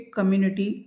Community